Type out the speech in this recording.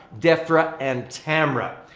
defra and tamra.